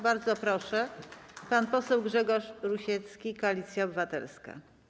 Bardzo proszę, pan poseł Grzegorz Rusiecki, Koalicja Obywatelska.